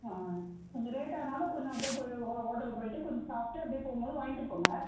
ஆ கொஞ்சம் லேட் ஆனாலும் கொஞ்சம் அப்படியே போய் ஹோ ஹோட்டல் போய்விட்டு கொஞ்சம் சாப்பிட்டு அப்படியே போகும்போது வாங்கிகிட்டு போங்க